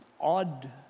odd